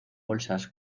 bolsas